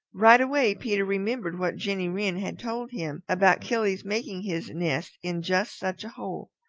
right away peter remembered what jenny wren had told him about killy's making his nest in just such a hole.